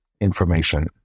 information